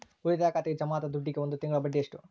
ಉಳಿತಾಯ ಖಾತೆಗೆ ಜಮಾ ಆದ ದುಡ್ಡಿಗೆ ಒಂದು ತಿಂಗಳ ಬಡ್ಡಿ ಎಷ್ಟು?